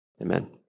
Amen